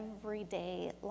everyday